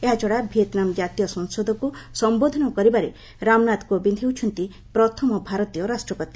ଏହାଛଡ଼ା ଭିଏତ୍ନାମ୍ ଜାତୀୟ ସଂସଦକ୍ ସମ୍ଭୋଧନ କରିବାରେ ରାମନାଥ କୋବିନ୍ଦ୍ ହେଉଛନ୍ତି ପ୍ରଥମ ଭାରତୀୟ ରାଷ୍ଟ୍ରପତି